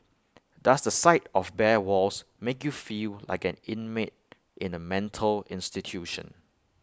does the sight of bare walls make you feel like an inmate in A mental institution